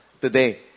today